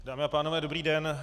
Dámy a pánové, dobrý den.